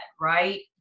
right